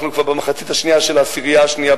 אנחנו כבר במחצית השנייה של העשירייה השנייה,